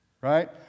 Right